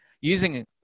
Using